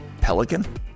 Pelican